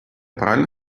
правильно